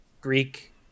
Greek